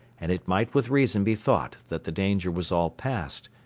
and it might with reason be thought that the danger was all past,